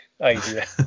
idea